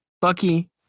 Bucky